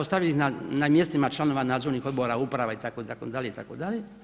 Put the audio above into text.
Ostavili ih na mjestima članova nadzornih odbora, uprava itd. itd.